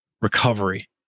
recovery